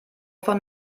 von